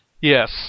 Yes